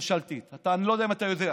ממשלתית, אני לא יודע אם אתה יודע,